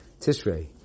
Tishrei